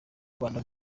rwanda